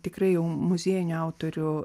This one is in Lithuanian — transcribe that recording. tikri jau muziejinių autorių